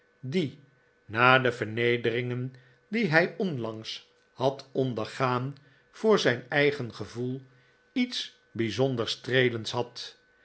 die na de vernederingen die hij onlangs had ondergaan voor zijn eigen gevoel iets bijzonder streelends had